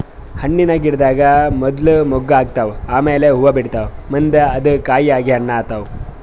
ಹಣ್ಣಿನ್ ಗಿಡದಾಗ್ ಮೊದ್ಲ ಮೊಗ್ಗ್ ಆತವ್ ಆಮ್ಯಾಲ್ ಹೂವಾ ಬಿಡ್ತಾವ್ ಮುಂದ್ ಅದು ಕಾಯಿ ಆಗಿ ಹಣ್ಣ್ ಆತವ್